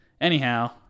anyhow